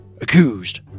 Accused